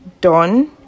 done